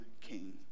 king